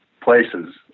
places